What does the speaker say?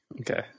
Okay